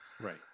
Right